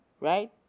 right